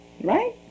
Right